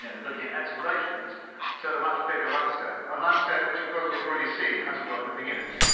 yeah looking at excavations to the much bigger landscape. a landscape which of course we've already seen, has got nothing in it.